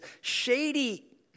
shady